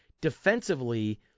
Defensively